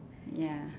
ya